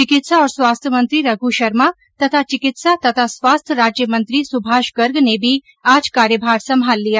चिकित्सा और स्वास्थ्य मंत्री रघ् शर्मा तथा चिकित्सा तथा स्वास्थ्य राज्य मंत्री सुभाष गर्ग ने भी आज कार्यभार संभाल लिया